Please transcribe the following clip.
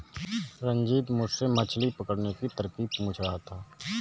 रंजित मुझसे मछली पकड़ने की तरकीब पूछ रहा था